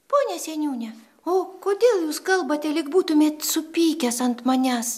pone seniūne o kodėl jūs kalbate lyg būtumėt supykęs ant manęs